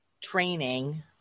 training